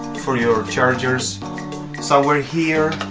for your chargers somewhere here